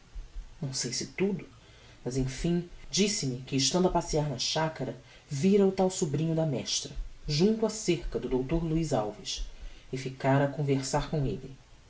não sei se tudo mas emfim disse-me que estando a passear na chacara vira o tal sobrinho da mestra junto á cerca do dr luiz alves e ficara a conversar com elle